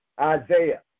Isaiah